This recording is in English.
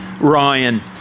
Ryan